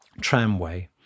tramway